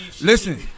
Listen